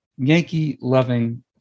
Yankee-loving